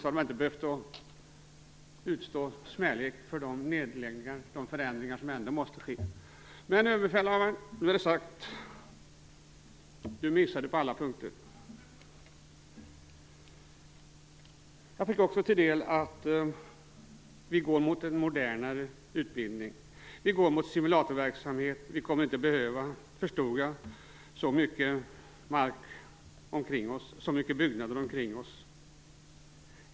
Då hade man inte behövt utstå smälek för de nedläggningar och förändringar som ändå måste ske. Men, Överbefälhavaren, nu är det sagt. Du missade på alla punkter. Jag fick också mig till dels att vi går mot en modernare utbildning. Vi går mot simulatorverksamhet och kommer inte att behöva, så förstod jag detta, så mycket mark och byggnader omkring oss.